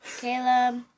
Caleb